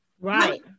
Right